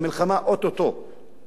המטוסים ממריאים,